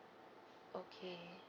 okay